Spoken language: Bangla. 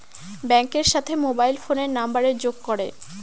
ব্যাঙ্কের সাথে মোবাইল ফোনের নাম্বারের যোগ করে